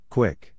Quick